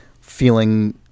feeling